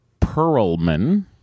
Perlman